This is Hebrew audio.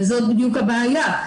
וזאת בדיוק הבעיה.